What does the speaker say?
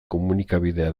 komunikabidea